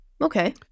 Okay